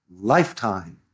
lifetime